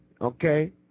Okay